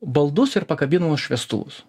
baldus ir pakabinamus šviestuvus